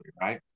right